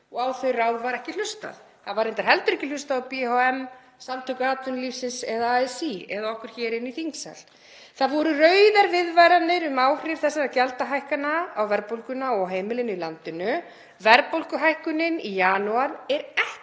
og á þau ráð var ekki hlustað. Það var reyndar heldur ekki hlustað á BHM, Samtök atvinnulífsins eða ASÍ, eða okkur inni í þingsal. Það voru rauðar viðvaranir um áhrif þessara gjaldahækkana á verðbólguna og heimilin í landinu. Verðbólguhækkunin í janúar er ekki